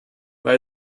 weil